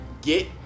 get